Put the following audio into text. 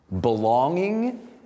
belonging